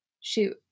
shoot